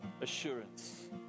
assurance